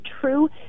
true